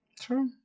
True